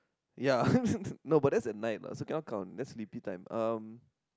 ya no but that's at night lah so cannot count that's sleepy time um